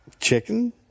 Chicken